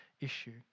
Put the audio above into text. issue